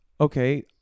okay